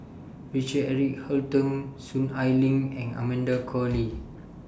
Richard Eric Holttum Soon Ai Ling and Amanda Koe Lee